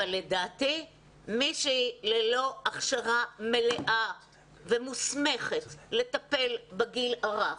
אבל לדעתי מישהי ללא הכשרה מלאה ומוסמכת לטפל בגיל הרך,